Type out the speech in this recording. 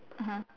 mmhmm